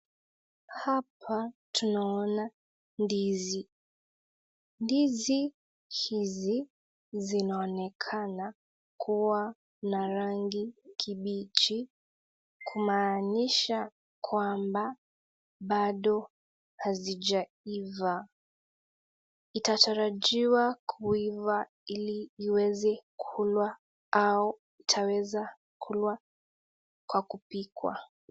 Hapa tunaona ndizi. Ndizi hizi zinaonekana kuwa na rangi kibichi, kumaanisha kwamba, bado hazijaiva. Itatarajiwa kuiva ili iweze kulwa au itaweza kulwa kwa kupikwa.